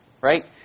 Right